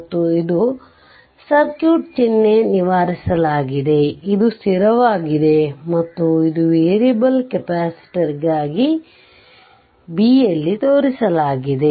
ಮತ್ತು ಇದು ಸರ್ಕ್ಯೂಟ್ ಚಿಹ್ನೆ ನಿವಾರಿಸಲಾಗಿದೆ ಇದು ಸ್ಥಿರವಾಗಿದೆ ಮತ್ತು ಇದು ವೇರಿಯಬಲ್ ಕೆಪಾಸಿಟರ್ಗಾಗಿ b ಯಲ್ಲಿ ತೋರಿಸಲಾಗಿದೆ